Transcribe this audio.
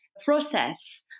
process